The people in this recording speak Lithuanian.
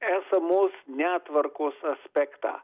esamos netvarkos aspektą